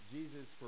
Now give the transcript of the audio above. Jesus